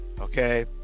okay